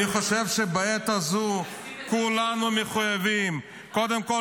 אני חושב שבעת הזו כולנו מחויבים קודם כול,